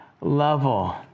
level